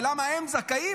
ולמה הם זכאים,